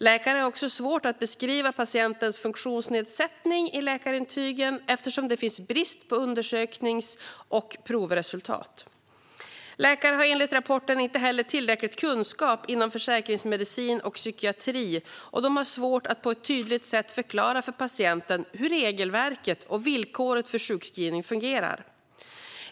Läkare har också svårt att beskriva patientens funktionsnedsättning i läkarintygen eftersom det råder brist på undersöknings och provresultat. Läkare har enligt rapporten inte heller tillräcklig kunskap inom försäkringsmedicin och psykiatri, och de har svårt att på ett tydligt sätt förklara för patienten hur regelverket och villkoren för sjukskrivning fungerar.